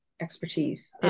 expertise